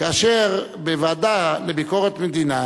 כאשר בוועדה לביקורת המדינה